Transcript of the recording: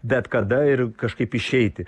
bet kada ir kažkaip išeiti